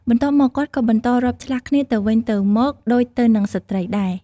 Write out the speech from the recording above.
បន្ទាប់មក គាត់ក៏បន្តរាប់ឆ្លាស់គ្នាទៅវិញទៅមកដូចទៅនឹងស្ត្រីដែរ។